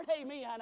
amen